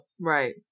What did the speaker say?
Right